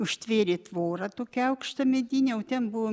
užtvėrė tvorą tokią aukštą medinę o ten buvo